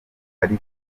hari